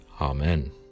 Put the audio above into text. Amen